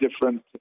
different